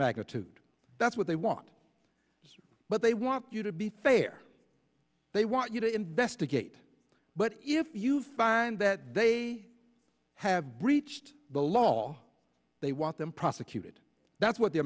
magnitude that's what they want but they want you to be fair they want you to investigate but if you find that they have breached the law they want them prosecuted that's what the